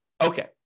Okay